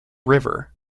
river